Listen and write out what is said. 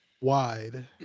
wide